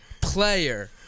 player